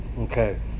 Okay